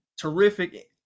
terrific –